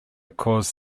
caused